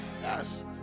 Yes